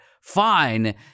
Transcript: fine